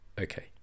Okay